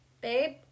Babe